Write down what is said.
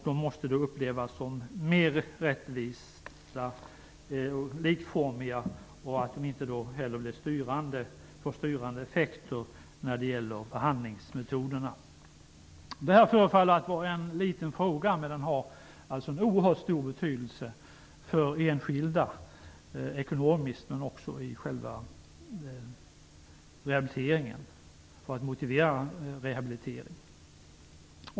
De måste upplevas som mer rättvisa och likformiga. De skall inte heller få styrande effekter på behandlingsmetoderna. Det förefaller att vara en liten fråga, men den har en oerhört stor betydelse för enskilda -- ekonomiskt, men också för att motivera rehabilitering.